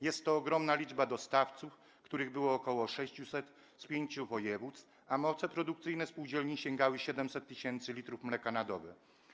Jest to ogromna liczba dostawców, których było ok. 600 z pięciu województw, a moce produkcyjne spółdzielni sięgały 700 tys. l mleka na dobę.